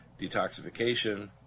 detoxification